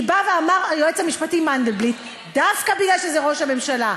כי בא ואמר היועץ המשפטי מנדלבליט: דווקא בגלל שזה ראש הממשלה,